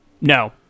No